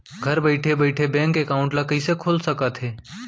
घर बइठे बइठे बैंक एकाउंट ल कइसे खोल सकथे?